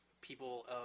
people